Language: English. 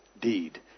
deed